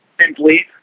simply